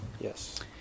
Yes